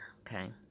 okay